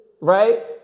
Right